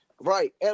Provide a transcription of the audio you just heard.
right